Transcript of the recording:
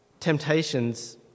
Temptations